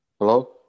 Hello